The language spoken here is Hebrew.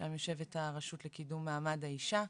שם יושבת הרשות לקידום מעמד האישה,